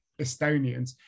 Estonians